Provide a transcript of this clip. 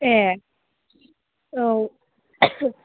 ए औ